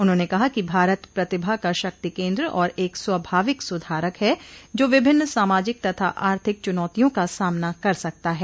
उन्होंने कहा कि भारत प्रतिभा का शक्ति केन्द्र और एक स्वाभाविक सुधारक है जो विभिन्न सामाजिक तथा आर्थिक चुनातियों का सामना कर सकता है